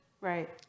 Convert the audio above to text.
Right